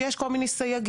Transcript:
שיש כל מיני סייגים,